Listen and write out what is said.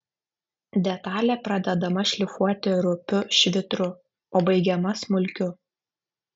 detalė pradedama šlifuoti rupiu švitru o baigiama smulkiu